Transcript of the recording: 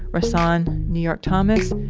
rahsaan new york thomas,